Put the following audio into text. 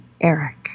Eric